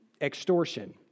extortion